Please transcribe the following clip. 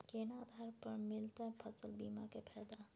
केना आधार पर मिलतै फसल बीमा के फैदा?